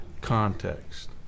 context